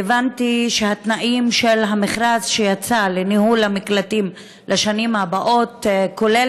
והבנתי שהתנאים של המכרז שיצא לניהול המקלטים לשנים הבאות כולל